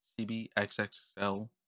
CBXXL